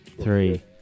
Three